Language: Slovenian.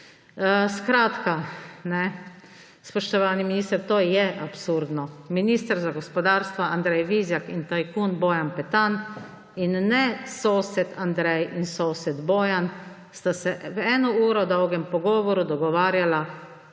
Skratka, spoštovani minister, to je absurdno. Minister za gospodarstvo Andrej Vizjak in tajkun Bojan Petan in ne sosed Andrej in sosed Bojan, sta se v eno uro dolgem pogovoru dogovarjala,